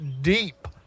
deep